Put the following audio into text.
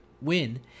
win